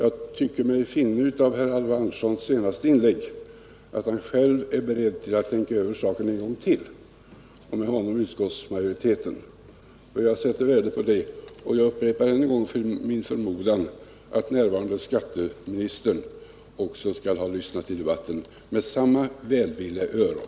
Av herr Alvar Anderssons senaste inlägg tycker jag mig finna att han själv är beredd att tänka över saken en gång till — och med honom utskottsmajoriteten. Jag sätter värde på det, och jag upprepar min förmodan att den närvarande skatteministern skall ha lyssnat till debatten med samma välvilliga öron.